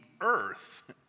earth